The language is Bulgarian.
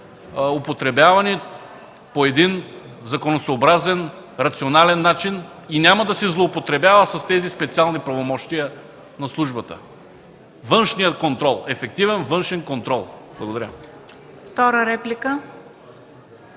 употребявани по един законосъобразен, рационален начин и няма да се злоупотребява с тези специални правомощия на службата. Външният контрол, ефективен външен контрол! Благодаря.